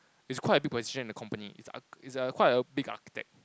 is quite a big position in the company is a is a quite a big architect